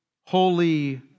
holy